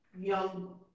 young